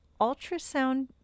ultrasound